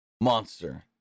monster